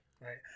Right